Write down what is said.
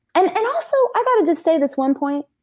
and and also, i got to just say this one point,